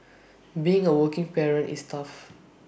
being A working parent is tough